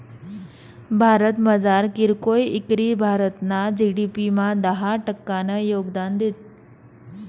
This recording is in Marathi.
भारतमझार कीरकोय इकरी भारतना जी.डी.पी मा दहा टक्कानं योगदान देस